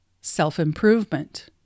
Self-improvement